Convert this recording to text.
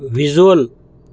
visual